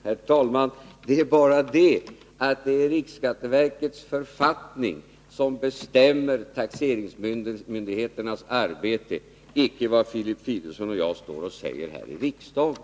Herr talman! Det är bara det att det är riksskatteverkets författning som bestämmer taxeringsmyndigheternas arbete, icke vad Filip Fridolfsson och jag står och säger här i riksdagen.